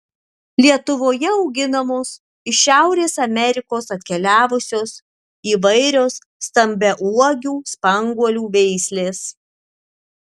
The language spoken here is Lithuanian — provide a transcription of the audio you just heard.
lietuvoje auginamos iš šiaurės amerikos atkeliavusios įvairios stambiauogių spanguolių veislės